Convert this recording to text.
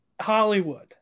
Hollywood